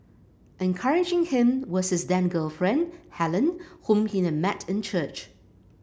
encouraging him was his then girlfriend Helen whom he had met in church